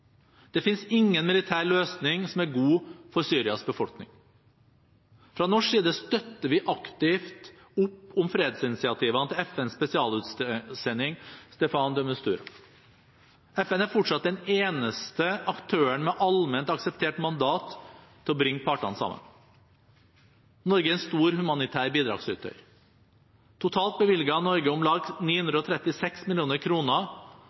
Det finnes ingen militær løsning som er god for Syrias befolkning. Fra norsk side støtter vi aktivt opp om fredsinitiativene til FNs spesialutsending, Staffan de Mistura. FN er fortsatt den eneste aktøren med allment akseptert mandat til å bringe partene sammen. Norge er en stor humanitær bidragsyter. Totalt bevilget Norge om lag 936